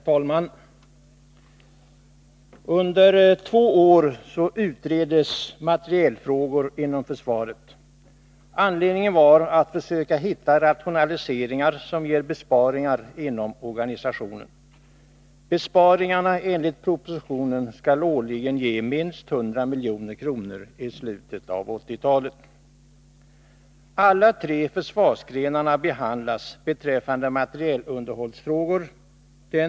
Herr talman! Under två år utreddes materielunderhållsfrågor inom försvaret. Anledningen var att man ville försöka hitta rationaliseringar, som ger besparingar inom organisationen. De besparingar som föreslås i propositionen skall årligen ge minst 100 milj.kr. i slutet av 1980-talet. Alla tre försvarsgrenarna behandlas beträffande materielunderhållsfrågor.